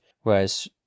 whereas